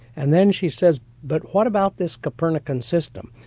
and then she says, but what about this copernican system?